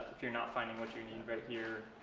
if you're not finding what you need right here.